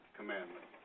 commandment